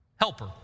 Helper